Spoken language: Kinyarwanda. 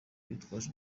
bitwaje